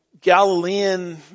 Galilean